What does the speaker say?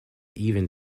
even